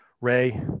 Ray